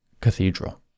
cathedral